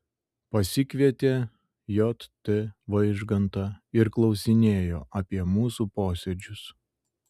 pasikvietė j t vaižgantą ir klausinėjo apie mūsų posėdžius